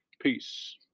Peace